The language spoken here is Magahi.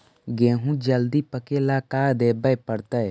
गेहूं जल्दी पके ल का देबे पड़तै?